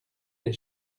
les